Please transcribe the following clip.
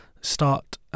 start